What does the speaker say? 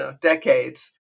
decades